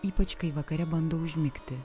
ypač kai vakare bando užmigti